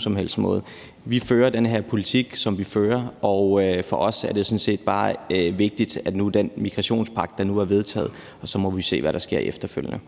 som helst måde. Vi fører den politik, som vi fører, og for os er det sådan set bare vigtigt, at den migrationspagt nu er vedtaget, og så må vi se, hvad der sker efterfølgende.